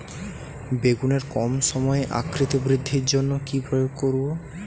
বেগুনের কম সময়ে আকৃতি বৃদ্ধির জন্য কি প্রয়োগ করব?